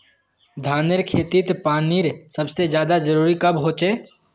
धानेर खेतीत पानीर सबसे ज्यादा जरुरी कब होचे?